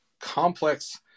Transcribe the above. complex